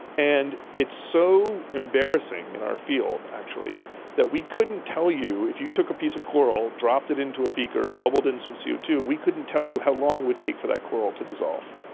and it's so embarrassing in our field actually that we couldn't tell you, if you took a piece of coral, dropped it into a beaker, bubbled in some c o two, we couldn't tell you how long it would take for that coral to dissolve,